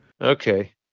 Okay